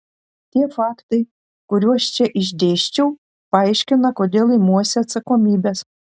tie faktai kuriuos čia išdėsčiau paaiškina kodėl imuosi atsakomybės